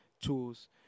tools